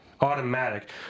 Automatic